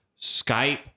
Skype